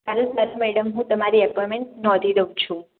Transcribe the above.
અરે બસ મેડમ હું તમારી એપોઇન્મેન્ટ નોંધી દઉં છું